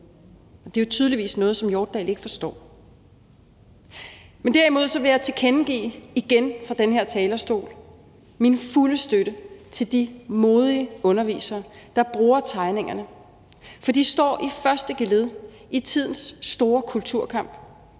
Det er tydeligvis noget, som Hjortdal ikke forstår. Derudover vil jeg fra den her talerstol igen tilkendegive min fulde støtte til de modige undervisere, der bruger tegningerne. For de står i første geled i tidens store kulturkamp,